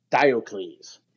Diocles